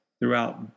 Throughout